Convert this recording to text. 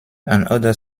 another